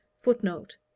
Footnote